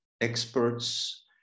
Experts